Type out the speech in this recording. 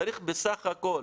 צריך בסך הכול